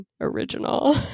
original